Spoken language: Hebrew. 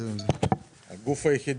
התשתיות ובהיבטי